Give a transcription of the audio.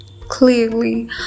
Clearly